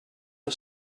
for